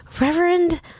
Reverend